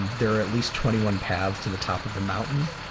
there are at least twenty one paths to the top of the mountain.